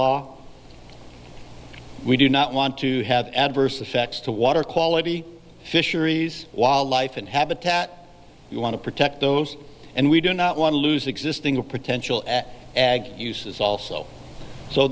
law we do not want to have adverse effects to water quality fisheries wildlife and habitat we want to protect those and we do not want to lose existing or potential at ag uses also so